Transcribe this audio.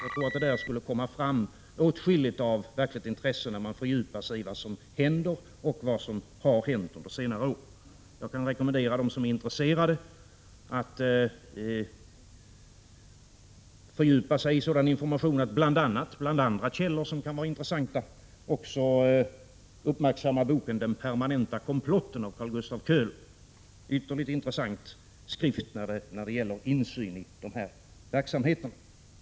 Jag tror att det skulle komma fram åtskilligt av verkligt intresse, när man fördjupar sig i vad som händer och har hänt under senare år. Jag kan rekommendera dem som är intresserade att fördjupa sig i sådan information. Bl. a. kan det vara intressant att uppmärksamma boken Den permanenta komplotten av Karl-Gustav Köhler. Det är en ytterligt intres 76 sant skrift när det gäller insyn i de här verksamheterna. Den utkommer för — Prot.